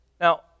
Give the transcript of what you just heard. Now